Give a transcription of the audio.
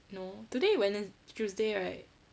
no today wedne~ tuesday right